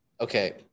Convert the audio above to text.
okay